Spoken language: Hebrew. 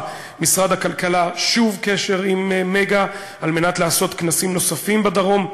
משרד הכלכלה יצר שוב קשר עם "מגה" כדי לעשות כנסים נוספים בדרום,